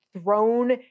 thrown